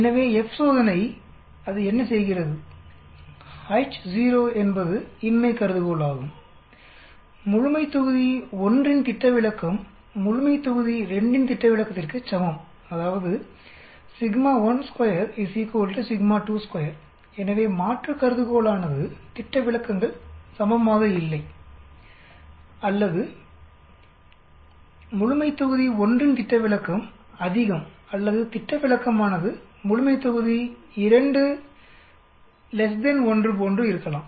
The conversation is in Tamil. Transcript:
எனவே F சோதனை அது என்ன செய்கிறது H0 என்பது இன்மைகருதுகோள் ஆகும் முழுமைத்தொகுதி 1 இன் திட்ட விலக்கம் முழுமைத்தொகுதி 2 இன் திட்ட விலக்கத்திற்குச் சமம் அதாவது எனவே மாற்று கருதுகோளானது திட்ட விலக்கங்கள் சமமாக இல்லை அல்லது முழுமைத்தொகுதி 1 இன் திட்ட விலக்கம் அதிகம் அல்லது திட்ட விளக்கமானது முழுமைத்தொகுதி 2 1 போன்று இருக்கலாம்